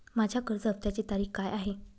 माझ्या कर्ज हफ्त्याची तारीख काय आहे?